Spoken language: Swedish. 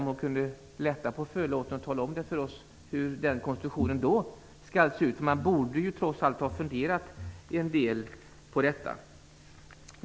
Kanske kan hon lyfta på förlåten och tala om för oss hur den konstruktionen skall se ut. Man borde trots allt ha funderat en del på detta.